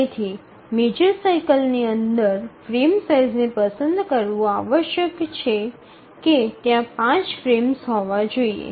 તેથી મેજર સાઇકલની અંદર ફ્રેમ સાઇઝને પસંદ કરવું આવશ્યક છે કે ત્યાં પાંચ ફ્રેમ્સ હોવા જોઈએ